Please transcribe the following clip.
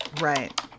Right